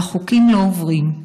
והחוקים לא עוברים.